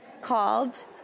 called